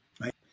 right